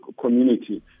community